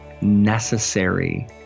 necessary